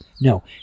No